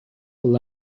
will